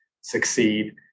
succeed